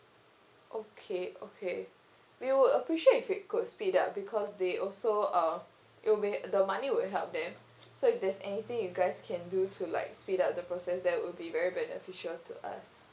okay okay we would appreciate if you could speed up because they also uh it'll may the money would help them so if there's anything you guys can do to like speed up the process that would be very beneficial to us